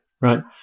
right